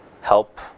help